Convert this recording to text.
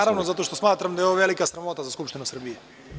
Naravno, zato što smatram da je ovo velika sramota za Skupštinu Srbije.